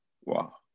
Wow